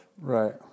Right